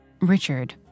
Richard